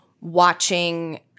watching